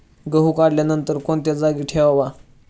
गहू काढल्यानंतर कोणत्या जागी ठेवावा?